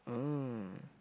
ah